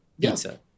pizza